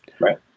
Right